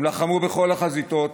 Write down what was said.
הם לחמו בכל החזיתות